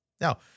Now